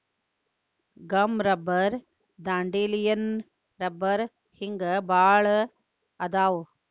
gum rubber dandelion ರಬ್ಬರ ಹಿಂಗ ಬಾಳ ಅದಾವ